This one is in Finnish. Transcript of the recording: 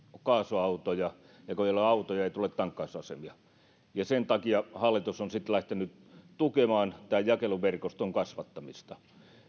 kaasuautoja ja kun ei ole autoja ei tule tankkausasemia sen takia hallitus on lähtenyt tukemaan tämän jakeluverkoston kasvattamista